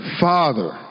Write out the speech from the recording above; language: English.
father